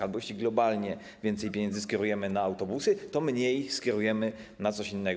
Albo jeśli globalnie więcej pieniędzy skierujemy na autobusy, to mniej skierujemy na coś innego.